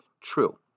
true